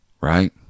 Right